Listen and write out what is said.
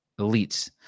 elites